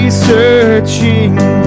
searching